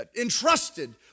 entrusted